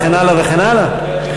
וכן הלאה וכן הלאה?